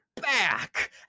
back